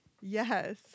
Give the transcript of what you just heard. yes